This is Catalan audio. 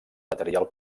material